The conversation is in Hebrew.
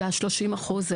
וה-30%?